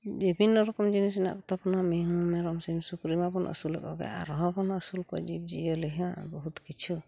ᱵᱤᱵᱷᱱᱱᱚ ᱨᱚᱠᱚᱢ ᱡᱤᱱᱤᱥ ᱢᱮᱱᱟᱜ ᱠᱚ ᱛᱟᱵᱚᱱᱟ ᱢᱤᱦᱩ ᱢᱮᱨᱚᱢ ᱥᱤᱢ ᱥᱩᱠᱨᱤ ᱢᱟᱵᱚᱱ ᱟᱹᱥᱩᱞᱮᱫ ᱠᱚᱜᱮ ᱟᱨᱦᱚᱸ ᱵᱚᱱ ᱟᱹᱥᱩᱞ ᱠᱚᱣᱟ ᱡᱤᱵᱽᱼᱡᱤᱭᱟᱹᱞᱤ ᱦᱟᱸᱜ ᱵᱚᱦᱩᱛ ᱠᱤᱪᱷᱩ